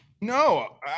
No